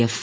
F